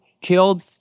killed